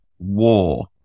war